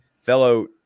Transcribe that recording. fellow